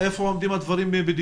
עומדים הדברים.